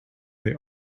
they